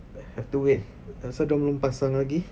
have to wait pasal diorang belum pasang lagi